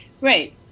Right